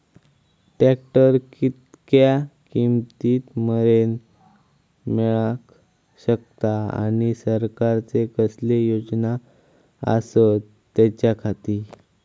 Tractor कितक्या किमती मरेन मेळाक शकता आनी सरकारचे कसले योजना आसत त्याच्याखाती?